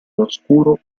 oscuro